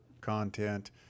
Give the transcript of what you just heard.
content